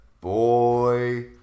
boy